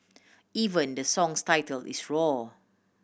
even the song's title is roar